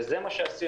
וזה מה שעשינו.